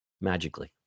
Magically